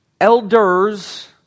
elders